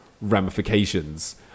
ramifications